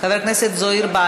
חבר הכנסת יואל חסון, אינו נוכח.